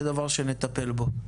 זה דבר שנטפל בו.